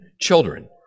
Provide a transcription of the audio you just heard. children